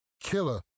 Killer